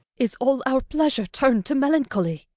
is all our pleasure turn'd to melancholy?